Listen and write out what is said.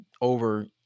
over